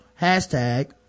Hashtag